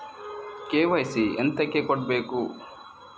KYC ಎಂತಕೆ ಕೊಡ್ಬೇಕು?